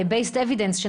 Evidence based,